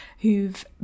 who've